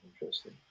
Interesting